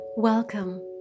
Welcome